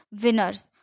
winners